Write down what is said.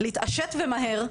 להתעשת ומהר,